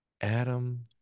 Adam